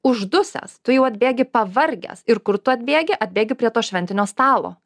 uždusęs tu jau atbėgi pavargęs ir kur tu atbėgi atbėgi prie to šventinio stalo